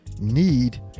need